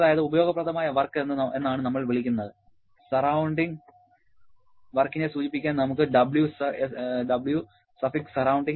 അതായത് ഉപയോഗപ്രദമായ വർക്ക് എന്നാണ് നമ്മൾ വിളിക്കുന്നത് സ്റ്റൌണ്ടിങ് വർക്കിനെ സൂചിപ്പിക്കാൻ നമുക്ക് Wsurr